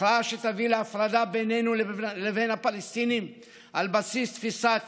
הכרעה שתביא להפרדה בינינו לבין הפלסטינים על בסיס תפיסת